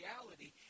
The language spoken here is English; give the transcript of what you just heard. reality